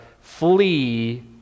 flee